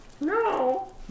no